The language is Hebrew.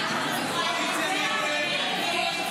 הסתייגות 6 לא נתקבלה.